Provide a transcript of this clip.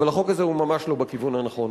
אבל החוק הזה הוא ממש לא בכיוון הנכון.